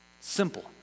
Simple